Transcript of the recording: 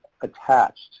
attached